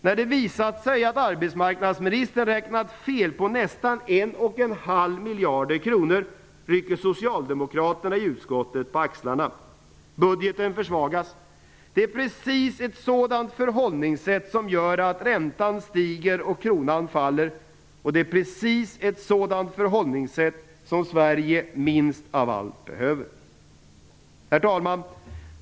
När det visat sig att arbetsmarknadsministern räknat fel med nästan en och en halv miljard kronor rycker socialdemokraterna på axlarna. Budgeten försvagas. Det är precis ett sådant förhållningssätt som gör att räntan stiger och kronan faller. Och det är precis ett sådant förhållningssätt som Sverige minst av allt behöver. Herr talman!